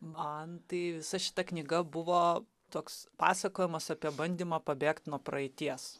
man tai visa šita knyga buvo toks pasakojimas apie bandymą pabėgt nuo praeities